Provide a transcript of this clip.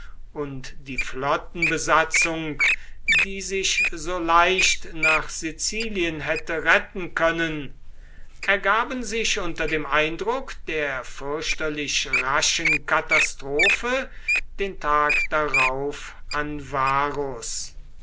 und die flottenbesatzung die sich so leicht nach sizilien hätte retten können ergaben sich unter dem eindruck der fürchterlich raschen katastrophe den tag darauf an varus